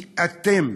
כי אתם,